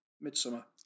Midsummer